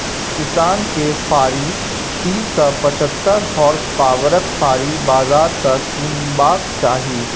किसान केँ फारी तीस सँ पचहत्तर होर्सपाबरक फाड़ी बजार सँ कीनबाक चाही